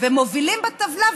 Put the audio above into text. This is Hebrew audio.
ומובילים בטבלה,